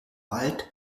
wald